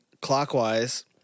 clockwise